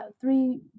three